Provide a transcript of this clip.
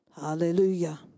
Hallelujah